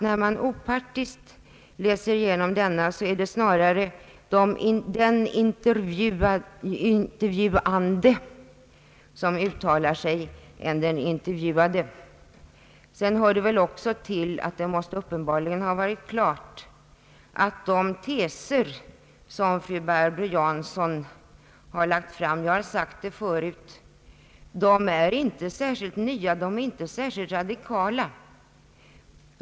När man opartiskt läser igenom denna finner man att det snarare är den intervjuande som uttalar sig än den intervjuade. Det hör väl också till bilden att det uppenbarligen måste ha varit klart att de teser som fru Barbro Jansson har lagt fram — jag har sagt det förut — inte är nya. De är inte särskilt radikala.